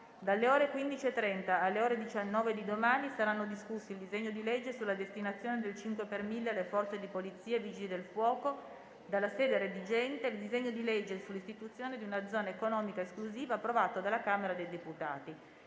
Dalle ore 15,30 alle ore 19 di domani saranno discussi il disegno di legge sulla destinazione del 5 per mille alle Forze di polizia e Vigili del fuoco, dalla sede redigente, e il disegno di legge sull'istituzione di una zona economica esclusiva, approvato dalla Camera dei deputati.